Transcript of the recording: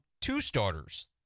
two-starters